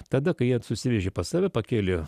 tada kai jie susivežė pas save pakėlė